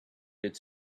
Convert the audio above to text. its